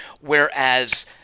whereas